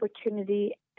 opportunity